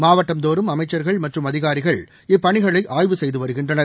மாவட்டந்தோறும் அமைச்சர்கள் மற்றும் அதிகாரிகள் இப்பணிகளை ஆய்வு செய்து வருகின்றனர்